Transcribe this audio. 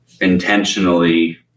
intentionally